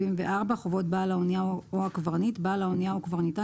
74.חובות בעל האנייה או הקברניט בעל האנייה או קברניטה